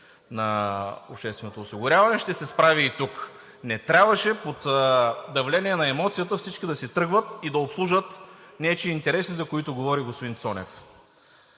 бюджет на ДОО, ще се справи и тук. Не трябваше под давление на емоцията всички да си тръгват и да обслужват нечии интереси, за които говори господин Цонев.